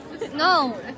No